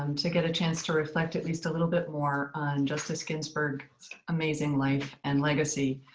um to get a chance to reflect at least a little bit more on justice ginsburg's amazing life and legacy.